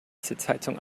sitzheizung